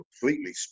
completely